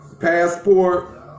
passport